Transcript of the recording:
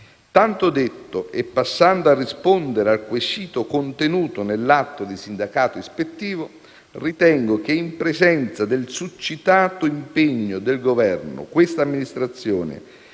Tanto detto e passando a rispondere al quesito contenuto nell'atto di sindacato ispettivo, ritengo che, in presenza del succitato impegno del Governo, questa amministrazione